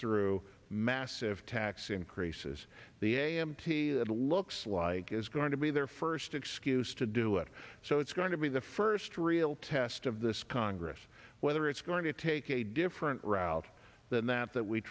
through massive tax increases the a m t that looks like is going to be their first excuse to do it so it's going to be the first real test of this congress whether it's going to take a different route than that that we